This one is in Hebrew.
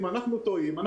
אם אנחנו טועים,